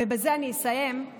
ובזה אני אסיים,